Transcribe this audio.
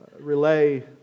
relay